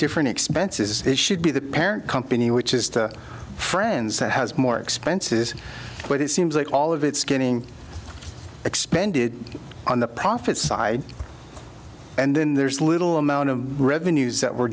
different expenses it should be the parent company which is friends that has more expenses but it seems like all of it's getting expanded on the profit side and then there's little amount of revenues that were